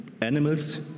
animals